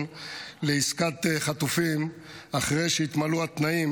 לעסקת חטופים אחרי שיתמלאו התנאים,